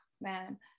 man